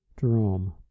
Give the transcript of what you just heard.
Jerome